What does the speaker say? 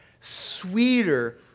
sweeter